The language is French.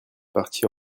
partie